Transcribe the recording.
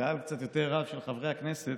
קהל קצת יותר רב של חברי הכנסת.